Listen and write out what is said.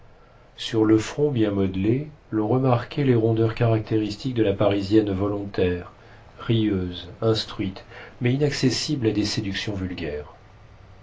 sur le front bien modelé l'on remarquait les rondeurs caractéristiques de la parisienne volontaire rieuse instruite mais inaccessible à des séductions vulgaires